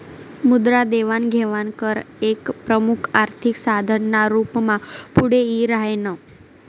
मुद्रा देवाण घेवाण कर एक प्रमुख आर्थिक साधन ना रूप मा पुढे यी राह्यनं